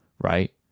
right